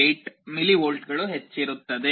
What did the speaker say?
8 ಮಿಲಿವೋಲ್ಟ್ಗಳು ಹೆಚ್ಚಿರುತ್ತದೆ